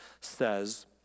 says